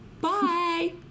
Bye